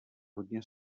hodně